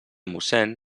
mossén